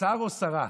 שר או שרה,